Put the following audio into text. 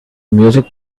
music